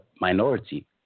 minority